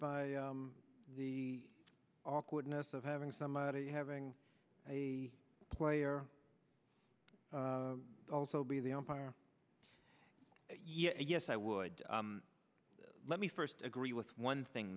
by the awkwardness of having somebody having a player also be the empire yes i would let me first agree with one thing